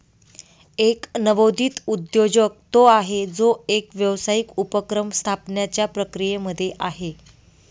एक नवोदित उद्योजक तो आहे, जो एक व्यावसायिक उपक्रम स्थापण्याच्या प्रक्रियेमध्ये आहे